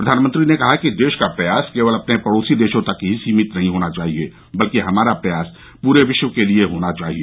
प्रधानमंत्री ने कहा कि देश का प्रयास केवल अपने पड़ोसी देशों तक ही सीमित नहीं होना चाहिए बलकि हमारा प्रयास पूरे विश्व के लिए होना चाहिए